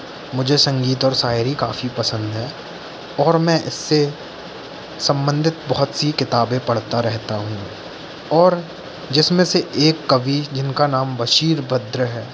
मुझे संगीत और शायरी काफ़ी पसंद है और मैं इससे संबंधित बहुत सी किताबें पढ़ता रहता हूँ और जिसमें से एक कवि जिनका नाम बशीर बद्र है